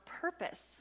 purpose